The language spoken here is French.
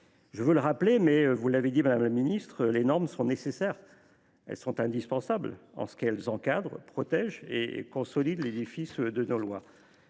Je veux le rappeler – vous l’avez fait, madame la ministre –: les normes sont nécessaires et indispensables, en ce qu’elles encadrent, protègent et consolident l’édifice de nos lois.